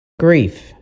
grief